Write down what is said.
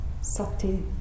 Sati